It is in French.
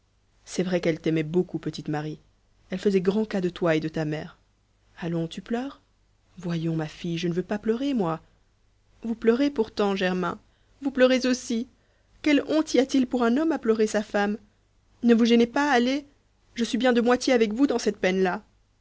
c'est vrai qu'elle t'aimait beaucoup petite marie elle faisait grand cas de toi et de ta mère allons tu pleures voyons ma fille je ne veux pas pleurer moi vous pleurez pourtant germain vous pleurez aussi quelle honte y a-t-il pour un homme à pleurer sa femme ne vous gênez pas allez je suis bien de moitié avec vous dans cette peinelà tu